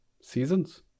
seasons